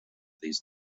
these